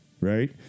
right